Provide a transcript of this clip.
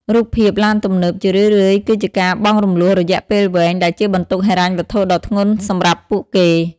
រូបភាពឡានទំនើប ជារឿយៗគឺជាការបង់រំលស់រយៈពេលវែងដែលជាបន្ទុកហិរញ្ញវត្ថុដ៏ធ្ងន់សម្រាប់ពួកគេ។